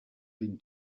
been